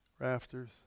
rafters